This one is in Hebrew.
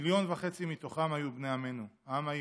מיליון וחצי מתוכם היו בני עמנו, העם היהודי.